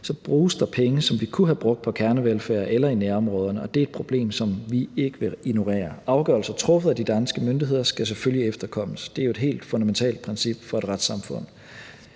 så bruges der penge, som vi kunne have brugt på kernevelfærd eller i nærområderne, og det er et problem, som vi ikke vil ignorere. Afgørelser truffet af de danske myndigheder skal selvfølgelig efterkommes; det er jo et helt fundamentalt princip for et retssamfund.